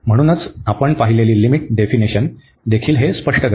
म्हणूनच आपण पाहिलेली लिमिट डेफिनिशन देखील हे स्पष्ट करते